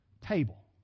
table